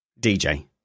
DJ